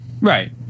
Right